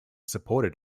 supported